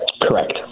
Correct